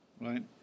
right